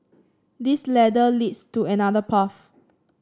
this ladder leads to another path